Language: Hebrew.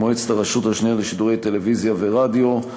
מועצת הרשות השנייה לשידורי טלוויזיה ורדיו.